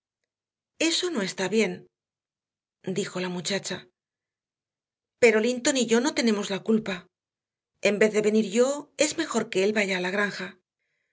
eso no está bien dijo la muchacha pero linton y yo no tenemos la culpa en vez de venir yo es mejor que él vaya a la granja